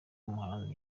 muhanzi